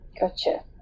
Gotcha